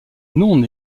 non